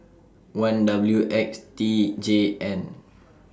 one W X T J N